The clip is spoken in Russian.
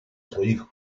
своих